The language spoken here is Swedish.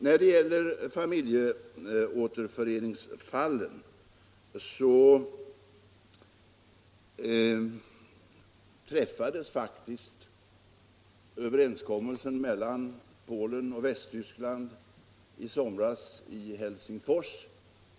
När det gäller familjeåterföreningsfallen träffades faktiskt överenskommelsen mellan Polen och Västtyskland i somras i Helsingfors.